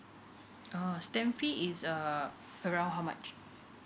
ah stamp fee is uh around how much